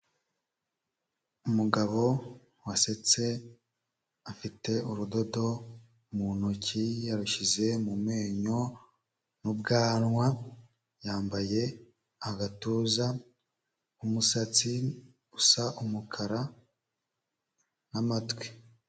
Umugabo wasetse, afite urudodo mu ntoki, yarushyize mu menyo n'ubwanwa, yambaye agatuza, umusatsi usa umukara n'amatwi.